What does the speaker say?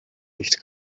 nicht